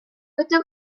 with